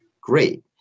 great